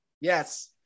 Yes